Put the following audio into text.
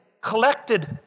collected